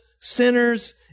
sinners